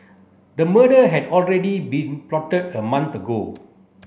the murder had already been plotted a month ago